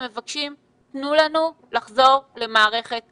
מבקשים: תנו לנו לחזור למערכת החינוך.